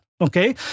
Okay